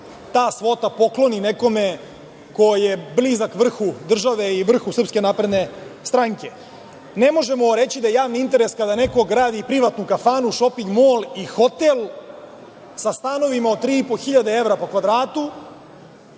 ta svota pokloni nekome ko je blizak vrhu države i vrhu SNS.Ne možemo reći da je javni interes kada neko gradi privatnu kafanu, šoping mol i hotel sa stanovima od 3.500 evra po kvadratu.